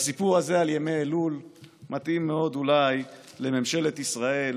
והסיפור הזה על ימי אלול מתאים מאוד אולי לממשלת ישראל,